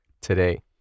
today